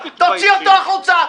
תוציא אותו החוצה.